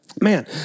man